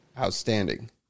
Outstanding